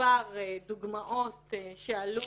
מספר דוגמאות לזה,